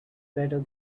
better